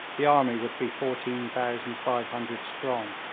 the army would be fourteen thousand five hundred strong,